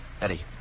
Eddie